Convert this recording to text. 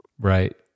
Right